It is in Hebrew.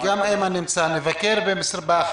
וגם אימן סייף נמצא נבקר בחדר